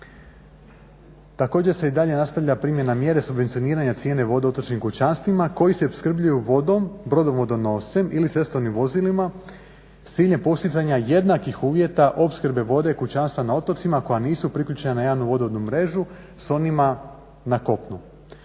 Također se i dalje nastavlja primjena mjere subvencioniranja cijene vode u otočnim kućanstvima koji se opskrbljuju vodom, brodovodonoscem ili cestovnim vozilima, cilj je postizanja jednakih uvjeta opskrbe vode kućanstva na otocima koja nisu priključena na javnu vodovodnu mrežu s onima na kopnu